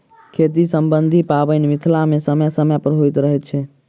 खेती सम्बन्धी पाबैन मिथिला मे समय समय पर होइत रहैत अछि